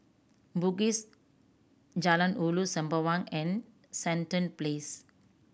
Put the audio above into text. Bugis Jalan Ulu Sembawang and Sandown Place